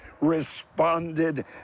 responded